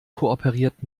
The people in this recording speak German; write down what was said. kooperiert